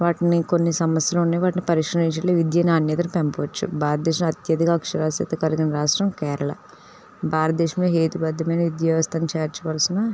వాటిని కొన్ని సమస్యలున్నాయి వాటిని పరీక్షించాలి విద్యా నాణ్యతను పెంపచ్చు భారతదేశంలో అత్యథిక అక్షరాస్యత కలిగిన రాష్ట్రం కేరళ భారతదేశంలో హేతుబద్ధమైన విద్యా వ్యవస్థను చేర్చవల్సిన